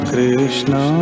Krishna